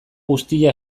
guztia